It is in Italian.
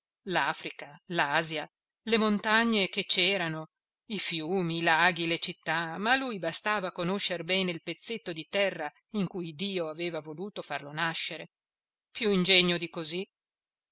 l'africa l'asia le montagne che c'erano i fiumi i laghi le città ma a lui bastava conoscer bene il pezzetto di terra in cui dio aveva voluto farlo nascere più ingegno di così